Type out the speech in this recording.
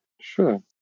Sure